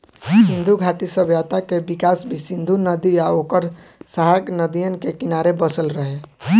सिंधु घाटी सभ्यता के विकास भी सिंधु नदी आ ओकर सहायक नदियन के किनारे बसल रहे